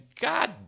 god